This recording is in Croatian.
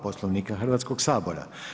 Poslovnika Hrvatskog sabora.